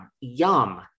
yum